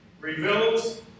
Reveals